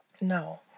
No